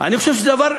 אני חושב שזה דבר,